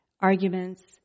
arguments